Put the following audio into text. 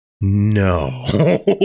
no